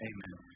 Amen